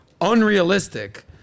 unrealistic